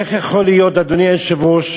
איך יכול להיות, אדוני היושב-ראש,